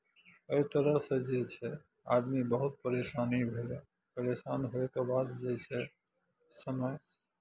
एहि तरहसँ जे छै आदमी बहुत परेशानी भेलय परेशान होयके बाद जे छै समय